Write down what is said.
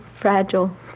fragile